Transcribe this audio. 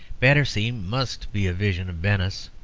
battersea must be a vision of venice.